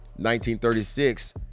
1936